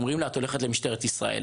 אומרים לה: "את הולכת למשטרת ישראל".